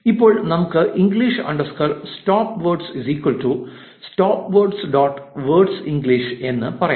ഇപ്പോൾ നമുക്ക് English underscore stop words stop words dot words English എന്ന് പറയാം